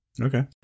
Okay